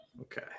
Okay